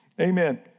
amen